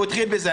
הוא התחיל בזה,